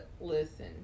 listen